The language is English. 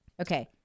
Okay